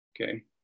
Okay